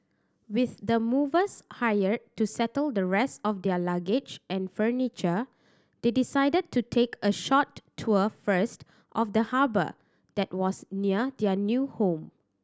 with the movers hired to settle the rest of their luggage and furniture they decided to take a short tour first of the harbour that was near their new home